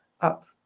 up